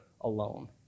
alone